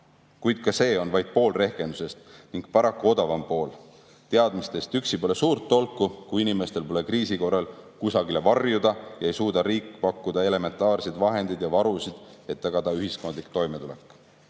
ka see on vaid pool rehkendusest ning paraku odavam pool. Teadmistest üksi pole suurt tolku, kui inimestel pole kriisi korral kusagile varjuda ja riik ei suuda pakkuda elementaarseid vahendeid ja varusid, et tagada ühiskondlik toimetulek. Eelnevat